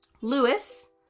Lewis